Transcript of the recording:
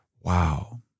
Wow